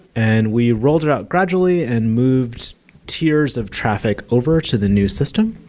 and we rolled it out gradually and moved tiers of traffic over to the new system.